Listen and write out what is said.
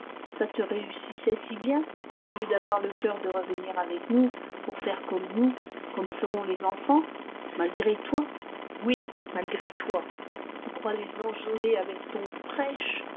ça te réussissait si bien au lieu d'avoir le coeur de revenir avec nous pour faire comme nous comme feront les enfants malgré toi oui malgré toi tu crois les enjôler avec ton prêche